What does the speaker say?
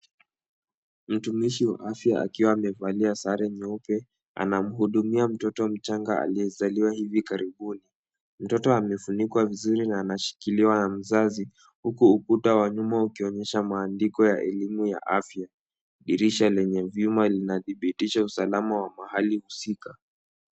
Mtumishi wa afya akiwa amevalia sare nyeupe anamhudumia mtoto mchanga aliyezaliwa hivi karibuni. Mtoto amefunikwa vizuri na anashikiliwa na mzazi huku ukuta wa nyuma ukionyesha maandiko ya elimu ya afya. Dirisha lenye vyuma linadhibitisha usalama wa mahali husika.